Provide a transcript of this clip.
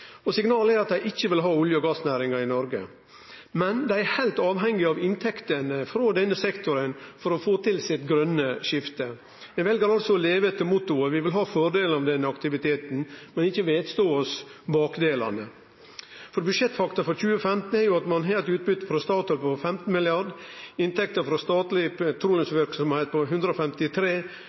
og signalet er at dei ikkje vil ha olje- og gassnæringar i Noreg, men dei er heilt avhengige av inntektene frå denne sektoren for å få til sitt grøne skifte. Dei vel altså å leve etter mottoet: Vi vil ha fordelane av denne aktiviteten, men ikkje vedstå oss bakdelane. Budsjettfakta for 2015 er at ein har eit utbyte frå Statoil på 15 mrd. kr, inntekter frå statleg petroleumsverksemd på 153